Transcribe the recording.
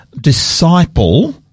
disciple